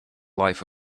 life